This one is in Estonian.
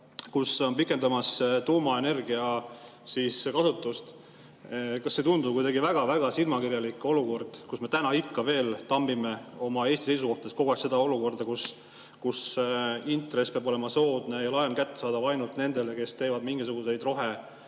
kus ollakse pikendamas tuumaenergia kasutust, kas see ei tundu kuidagi väga-väga silmakirjaliku olukorrana, et me täna ikka veel tambime oma Eesti seisukohtades kogu aeg seda, et intress peab olema soodne ja laen kättesaadav ainult nendele, kes teevad mingisuguseid